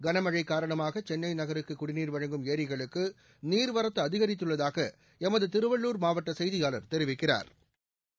கனமழை காரணமாக சென்னை நகருக்கு குடிநீர் வழங்கும் ஏரிகளுக்கு நீர்வரத்து அதிகரித்துள்ளதாக எமது திருவள்ளூர் மாவட்ட செய்தியாளா் தெரிவிக்கிறாா்